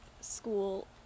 school